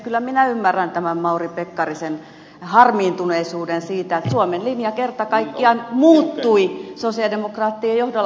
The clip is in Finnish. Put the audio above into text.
kyllä minä ymmärrän tämän mauri pekkarisen harmiintuneisuuden siitä että suomen linja kerta kaikkiaan muuttui sosialidemokraattien johdolla